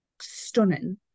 stunning